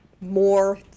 more